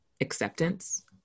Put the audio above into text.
acceptance